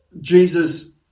Jesus